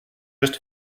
just